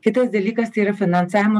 kitas dalykas tai yra finansavimo